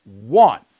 one